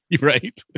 Right